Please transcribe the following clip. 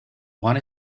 one